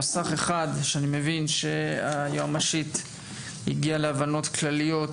נוסח אחד שאני מבין שהיועמ"שית הגיעה להבנות כלליות